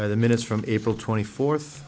on the minutes from april twenty fourth